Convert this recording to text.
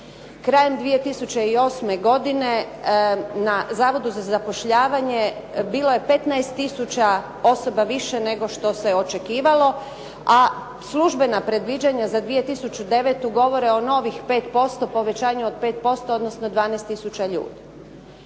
Krajem 2008. godine na Zavodu za zapošljavanje bilo je 15000 osoba više nego što se očekivalo, a službena predviđanja za 2009. govore o novih 5%, povećanju od 5% odnosno 12000 ljudi.